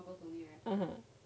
mmhmm